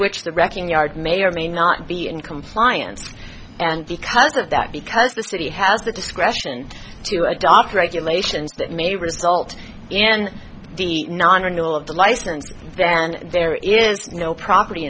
which the wrecking yard may or may not be in compliance and because of that because the city has the discretion to adopt regulations that may result and non renewal of the license then there is no property